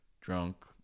drunk